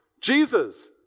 Jesus